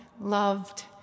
loved